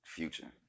future